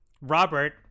Robert